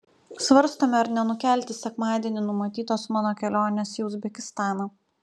svarstome ar nenukelti sekmadienį numatytos mano kelionės į uzbekistaną